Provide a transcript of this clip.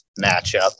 matchup